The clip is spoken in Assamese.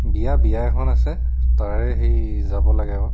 বিয়া বিয়া এখন আছে তাৰে সেই যাব লাগে আৰু